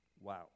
Wow